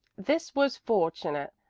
this was fortunate,